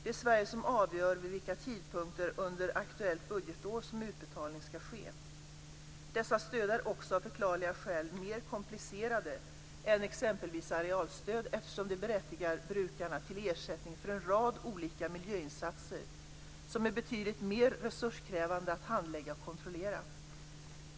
Det är Sverige som avgör vid vilka tidpunkter under aktuellt budgetår som utbetalning ska ske. Dessa stöd är också av förklarliga skäl mer komplicerade än exempelvis arealstöd eftersom de berättigar brukaren till ersättning för en rad olika miljöinsatser som är betydligt mer resurskrävande att handlägga och kontrollera.